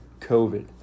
covid